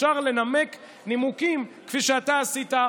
אפשר לנמק נימוקים, כפי שאתה עשית,